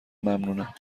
ممنونم